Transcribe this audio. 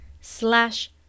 slash